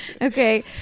okay